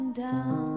down